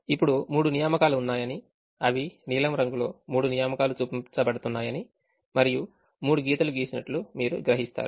ఇప్పుడు మూడు నియామకాలు ఉన్నాయని అవి నీలం రంగులో 3 నియామకాలు చూపించబడుతున్నాయని మరియు మూడు గీతలు గీసినట్లు మీరు గ్రహిస్తారు